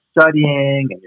studying